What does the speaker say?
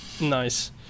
Nice